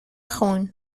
خون